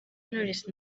knowless